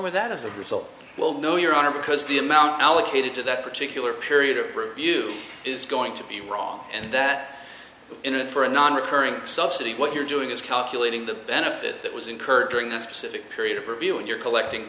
with that as a result well no your honor because the amount allocated to that particular period of review is going to be wrong and that in it for a non recurring subsidy what you're doing is calculating the benefit that was incurred during that specific period of review and you're collecting